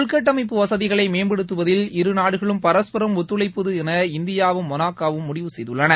உள்கட்டமைப்பு வசதிகளை மேம்படுத்துவதில் இரு நாடுகளும் பரஸ்பரம் ஒத்துழைப்பது என இந்தியாவும் மொனாக்கோவும் முடிவு செய்துள்ளன